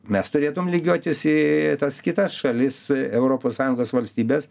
mes turėtum lygiuotis į tas kitas šalis europos sąjungos valstybes